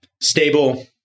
stable